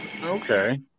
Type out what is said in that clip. Okay